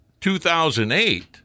2008